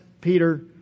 Peter